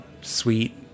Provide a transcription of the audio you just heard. sweet